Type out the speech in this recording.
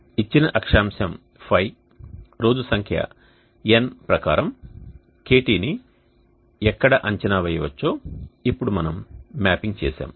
ఇచ్చిన అక్షాంశం φ రోజు సంఖ్య N ప్రకారం KT ని ఎక్కడ అంచనా వేయవచ్చో ఇప్పుడు మనము మ్యాపింగ్ చేసాము